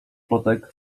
plotek